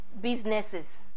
businesses